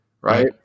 right